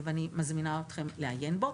ואני מזמינה אתכם לעיין בו.